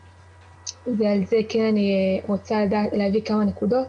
ועל זה אני כן רוצה להביא כמה נקודות.